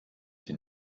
sie